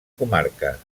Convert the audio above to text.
comarques